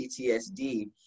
PTSD